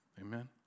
Amen